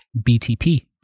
BTP